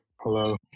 Hello